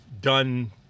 done